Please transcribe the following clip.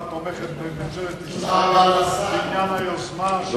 התומכת בממשלת ישראל בעניין היוזמה של,